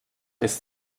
ist